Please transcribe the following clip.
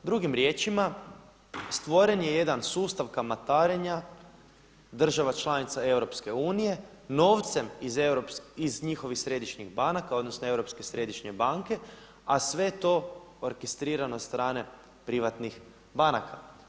Drugim riječima stvoren je jedan sustav kamatarenja država članica EU novcem iz njihovih središnjih banaka, odnosno Europske središnje banke a sve to orkestrirano sa strane privatnih banaka.